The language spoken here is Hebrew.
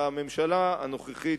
והממשלה הנוכחית,